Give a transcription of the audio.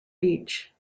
beach